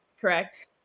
correct